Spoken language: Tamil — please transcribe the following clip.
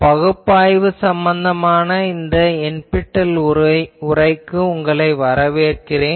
பகுப்பாய்வு சம்பந்தமான இந்த NPTEL உரைக்கு வரவேற்கிறேன்